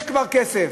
יש כבר כסף.